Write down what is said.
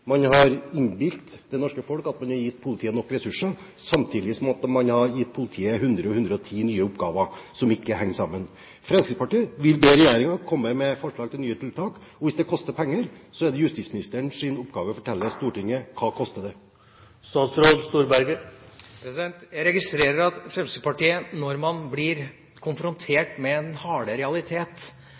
man har innbilt det norske folk at man har gitt politiet nok ressurser, samtidig som man har gitt politiet 100–110 nye oppgaver, noe som ikke henger sammen. Fremskrittspartiet vil be regjeringen komme med forslag til nye tiltak. Hvis de koster penger, er det justisministerens oppgave å fortelle Stortinget hva det koster. Jeg registrerer at Fremskrittspartiet når man blir konfrontert med den harde realitet,